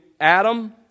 Adam